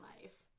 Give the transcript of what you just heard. life